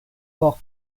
por